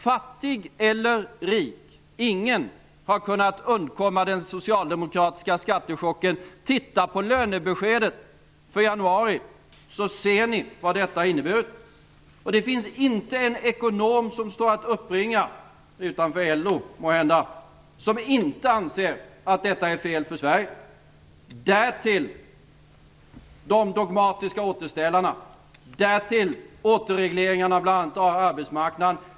Fattig eller rik, ingen har kunnat undkomma den socialdemokratiska skattechocken. Titta närmare på lönebeskedet för januari månad! Då ser ni vad det inneburit. Det står inte en ekonom att uppringa - utanför LO måhända - som inte anser att detta är fel för Sverige. Därtill kan vi lägga de dogmatiska återställarna och återregleringarna av bl.a. arbetsmarknaden.